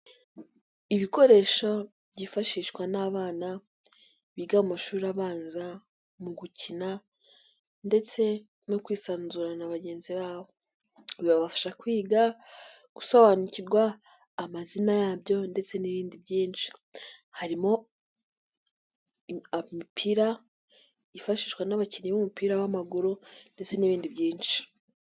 Ibikoresho byifashishwa n'abana biga amashuri abanza mu gukina, ndetse no kwisanzura na bagenzi babo, bifasha kwiga gusobanukirwa amazina yabyo, ndetse n'ibindi byinshi, harimo imipira yifashishwa n'abakinnyi b'umupira w'amaguru ndetse n'ibindi byinshi.